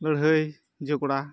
ᱞᱟᱹᱲᱦᱟᱹᱭ ᱡᱷᱚᱜᱽᱲᱟ